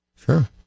sure